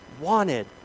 wanted